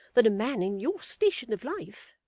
than a man in your station of life